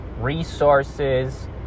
resources